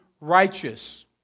righteous